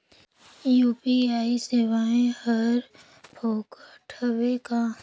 UPI सेवाएं हर फोकट हवय का?